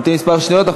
נמתין כמה שניות.